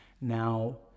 Now